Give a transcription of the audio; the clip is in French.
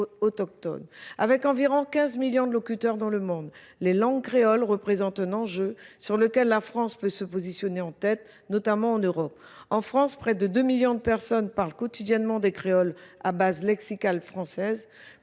autochtones. Avec environ 15 millions de locuteurs dans le monde, les langues créoles représentent un enjeu sur lequel la France peut se positionner en tête, notamment en Europe. En France, près de 2 millions de personnes parlent quotidiennement des créoles à base lexicale française.